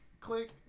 click